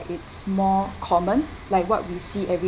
it's more common like what we see every